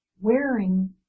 wearing